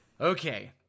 Okay